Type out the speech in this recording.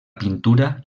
pintura